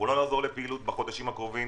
לא נחזור לפעילות בחודשים הקרובים